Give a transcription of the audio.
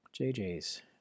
JJ's